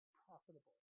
profitable